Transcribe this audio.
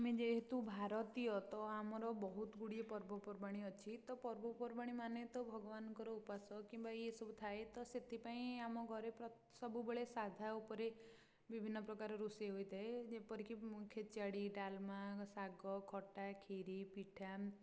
ଆମେ ଯେହେତୁ ଭାରତୀୟ ତ ଆମର ବହୁତ ଗୁଡ଼ିଏ ପର୍ବପର୍ବାଣି ଅଛି ତ ପର୍ବପର୍ବାଣି ମାନେ ତ ଭଗବାନଙ୍କର ଉପାସ କିମ୍ବା ଇଏ ସବୁ ଥାଏ ତ ସେଥିପାଇଁ ଆମ ଘରେ ସବୁବେଳେ ସାଧା ଉପରେ ବିଭିନ୍ନ ପ୍ରକାର ରୋଷେଇ ହୋଇଥାଏ ଯେପରିକି ଖେଚେଡ଼ି ଡାଲମା ଶାଗ ଖଟା ଖିରି ପିଠା